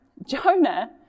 Jonah